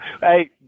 Hey